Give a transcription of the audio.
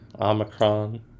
Omicron